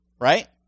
Right